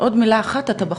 עוד מילה אחת אתה בחוץ.